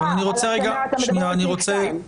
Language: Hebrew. אה, אתה מדבר על סעיף 2?